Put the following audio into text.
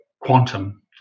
quantum